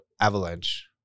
Avalanche